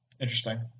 Interesting